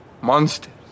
Monsters